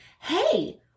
Hey